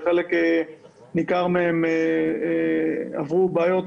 כשחלק מהם בעיקר